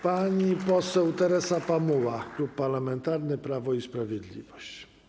Pani poseł Teresa Pamuła, Klub Parlamentarny Prawo i Sprawiedliwość.